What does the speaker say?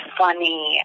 funny